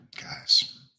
guys